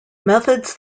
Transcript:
methods